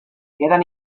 quedan